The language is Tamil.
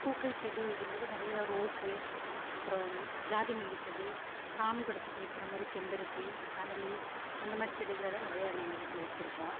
பூக்கள் செடி அப்டிங்கிறப்போ நிறையா ரோஸ்ஸு அப்புறோம் ஜாதிமல்லி செடி சாமிப் படத்துக்கு வைக்கிற மாதிரி செம்பருத்தி அரளி அந்த மாதிரி செடிகளைலாம் நிறையா நாங்கள் வீட்டில் வச்சிருக்குறோம்